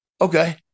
Okay